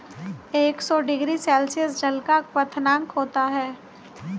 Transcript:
एक सौ degree Celsius जल का क्वथनांक होता है